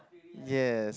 yes